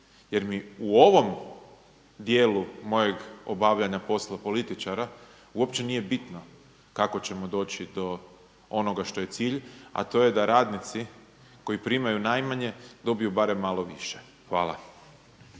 jer mi u ovom dijelu mojeg obavljanja posla političara uopće nije bitno kako ćemo doći do onoga što je cilj a to je da radnici koji primaju najmanje dobiju barem malo više. Hvala.